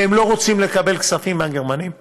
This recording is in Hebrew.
והם לא רוצים לקבל כספים מהגרמנים,